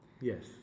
Yes